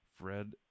Fred